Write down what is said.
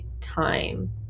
time